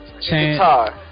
guitar